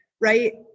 right